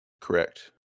Correct